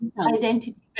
identity